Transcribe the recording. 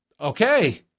Okay